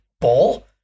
ball